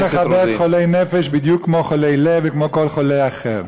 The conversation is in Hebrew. אנחנו צריכים לכבד חולי נפש בדיוק כמו חולי לב וכמו כל חולה אחר.